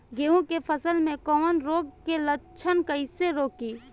गेहूं के फसल में कवक रोग के लक्षण कईसे रोकी?